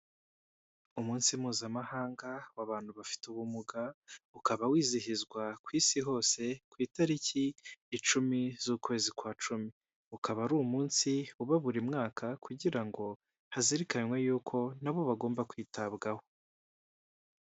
Umunsi mpuzamahanga w'abantu bafite ubumuga, ukaba wizihizwa ku isi hose, ku itariki icumi z'ukwezi kwa cumi. Ukaba ari umunsi uba buri mwaka, kugira ngo hazirikanywe yuko na bo bagomba kwitabwaho.